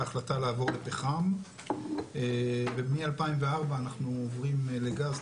החלטה לעבור לפחם ומ-2004 אנחנו עוברים לגז,